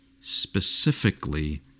specifically